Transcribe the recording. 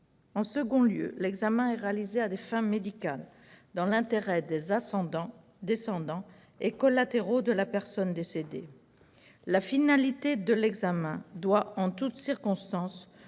En second lieu, l'examen est réalisé à des fins médicales dans l'intérêt des ascendants, descendants et collatéraux de la personne décédée. La finalité de l'examen doit, en toute circonstance,